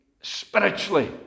spiritually